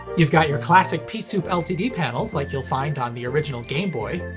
you've got your classic pea-soup lcd panels like you'll find on the original game boy.